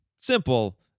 simple